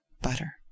butter